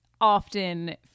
often